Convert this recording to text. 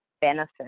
benefit